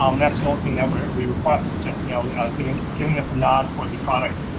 um that's the only thing that we request is just you know giving giving us a nod for the product.